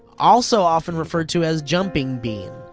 also often referred to as jumping bean.